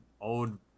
old